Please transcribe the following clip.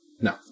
No